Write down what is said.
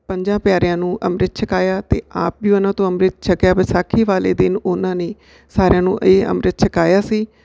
ਪੰਜਾਂ ਪਿਆਰਿਆਂ ਨੂੰ ਅੰਮ੍ਰਿਤ ਛਕਾਇਆ ਅਤੇ ਆਪ ਵੀ ਉਹਨਾਂ ਤੋਂ ਅੰਮ੍ਰਿਤ ਛਕਿਆ ਵਿਸਾਖੀ ਵਾਲੇ ਦਿਨ ਉਹਨਾਂ ਨੇ ਸਾਰਿਆਂ ਨੂੰ ਇਹ ਅੰਮ੍ਰਿਤ ਛਕਾਇਆ ਸੀ